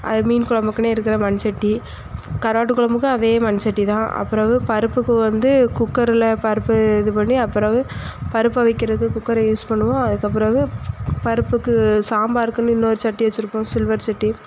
அது மீன் குலம்புக்குன்னே இருக்கிற மண் சட்டி கருவாட்டு குலம்புக்கு அதே மண் சட்டி தான் அப்புறம் பருப்புக்கு வந்து குக்கரில் பருப்பு இது பண்ணி அப்புறம் பருப்பை அவிக்கிறதுக்கு குக்கரை யூஸ் பண்ணுவோம் அதுக்கு பிறகு பருப்புக்கு சாம்பாருக்குன்னு இன்னொரு சட்டி வச்சிருப்போம் சில்வர் சட்டி